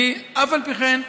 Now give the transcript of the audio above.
אף על פי כן,